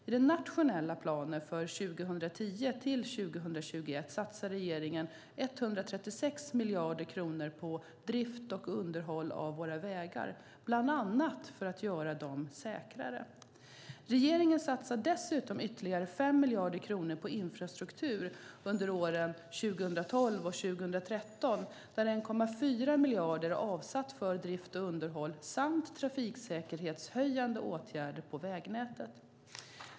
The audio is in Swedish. I den nationella planen för 2010-2021 satsar regeringen 136 miljarder kronor på drift och underhåll av våra vägar, bland annat för att göra dem säkrare. Regeringen satsar dessutom ytterligare 5 miljarder kronor på infrastruktur under åren 2012-2013, där 1,4 miljarder kronor är avsatt för drift och underhåll samt trafiksäkerhetshöjande åtgärder på vägnätet.